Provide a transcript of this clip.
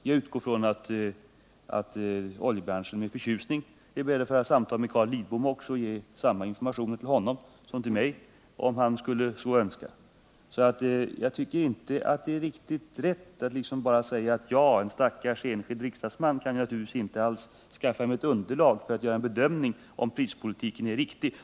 Jag utgår ifrån att oljebranschen med förtjusning är beredd att föra samtal med Carl Lidbom också och ge samma informationer till honom som till mig, om han så skulle önska. Därför tycker jag inte det är riktigt rätt att liksom bara säga att jag, en stackars enskild riksdagsman, kan naturligtvis inte alls skaffa mig ett underlag för att göra en bedömning om prispolitiken är riktig.